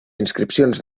inscripcions